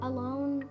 Alone